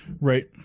Right